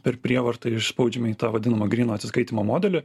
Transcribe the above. per prievartą išspaudžiami į tą vadinamą gryno atsiskaitymo modelį